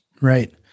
Right